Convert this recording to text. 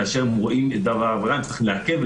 כאשר הם רואים דבר עבירה הם צריכים לעכב,